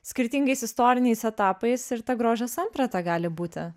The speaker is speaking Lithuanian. skirtingais istoriniais etapais ir ta grožio samprata gali būti